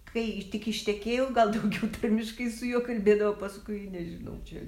kai tik ištekėjau gal daugiau tarmiškai su juo kalbėdavau paskui nežinau čia